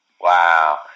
Wow